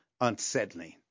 unsettling